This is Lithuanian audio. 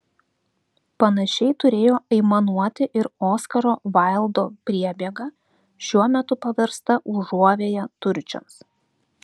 panašiai turėjo aimanuoti ir oskaro vaildo priebėga šiuo metu paversta užuovėja turčiams